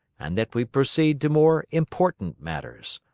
and that we proceed to more important matters.